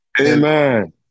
Amen